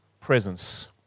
presence